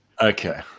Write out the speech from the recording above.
okay